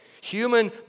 human